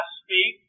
speak